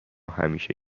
همیشه